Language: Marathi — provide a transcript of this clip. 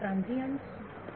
विद्यार्थी ट्रान्सियंटस